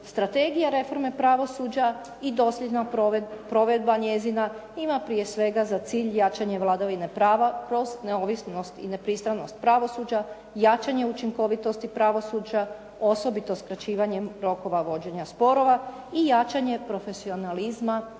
strategija reforme pravosuđa i dosljedna provedba njezina ima prije svega za cilj jačanje vladavine prava, prostornu neovisnost i nepristranost pravosuđa, jačanje učinkovitosti pravosuđa, osobito skraćivanjem rokova vođenja sporova i jačanje profesionalizma